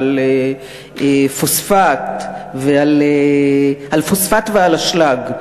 פוספט ועל אשלג,